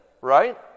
right